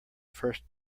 first